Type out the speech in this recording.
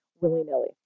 willy-nilly